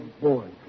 born